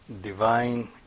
Divine